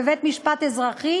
בבית-משפט אזרחי,